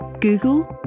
Google